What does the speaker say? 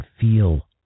feel